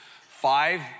five